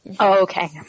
Okay